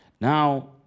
Now